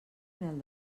mel